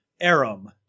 Arum